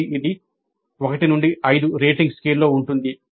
మళ్ళీ ఇది 1 నుండి 5 రేటింగ్ స్కేల్లో ఉంటుంది